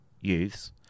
youths